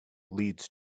leads